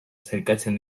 sailkatzen